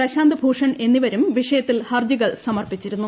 പ്രശാന്ത് ഭൂഷൺ എന്നിവരും വിഷയത്തിൽ ഹർജികൾ സമർപ്പിച്ചിരുന്നു